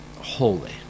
holy